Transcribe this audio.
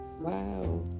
Wow